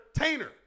entertainer